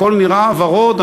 הכול נראה ורוד,